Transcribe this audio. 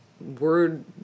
word